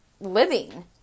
living